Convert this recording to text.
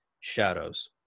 shadows